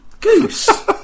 Goose